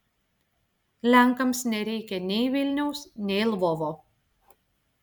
lenkams nereikia nei vilniaus nei lvovo